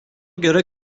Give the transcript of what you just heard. göre